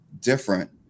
different